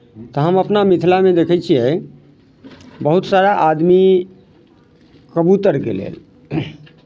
तऽ हम अपना मिथिलामे देखै छियै बहुत सारा आदमी कबूतरके लेल